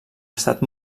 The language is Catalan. estat